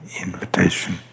invitation